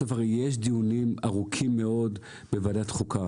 בסוף יש דיונים ארוכים מאוד בוועדת החוקה